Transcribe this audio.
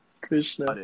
Krishna